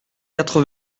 quatre